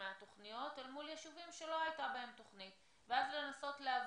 מהתוכניות אל מול יישובים שלא הייתה בהם תוכנית ואז לנסות להבין,